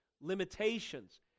limitations